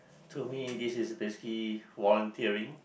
to me this is basically volunteering